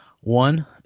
One